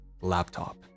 laptop